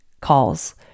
calls